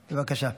בבקשה.